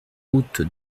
route